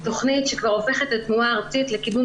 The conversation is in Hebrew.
תוכנית שכבר הופכת לתנועה ארצית לקידום